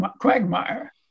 quagmire